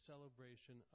celebration